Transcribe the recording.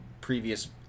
previous